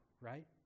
right